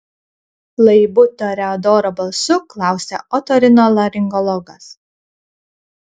laibu toreadoro balsu klausia otorinolaringologas